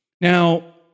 Now